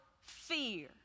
fear